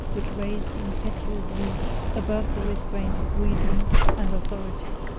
which raised the impetuous youth above the restraint of reason and authority.